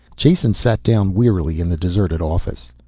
jason sat down wearily in the deserted office.